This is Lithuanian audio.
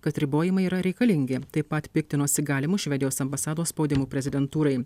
kad ribojimai yra reikalingi taip pat piktinosi galimu švedijos ambasados spaudimu prezidentūrai